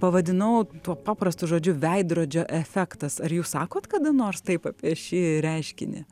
pavadinau tuo paprastu žodžiu veidrodžio efektas ar jūs sakot kada nors taip apie šį reiškinį